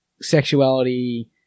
sexuality